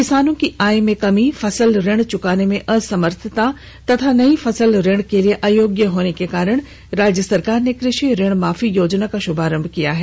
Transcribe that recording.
किसानों की आय में कमी फसल ऋण चुकाने में असमर्थता एवं नई फसल ऋण के लिए अयोग्य होने के कारण राज्य सरकार ने कृषि ऋण माफी योजना का शुभारंभ किया है